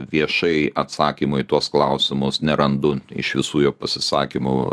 viešai atsakymų į tuos klausimus nerandu iš visų jo pasisakymų